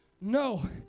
No